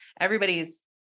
everybody's